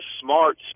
Smart